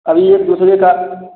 अभी एक दूसरे का